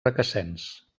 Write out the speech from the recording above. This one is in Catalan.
requesens